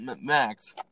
Max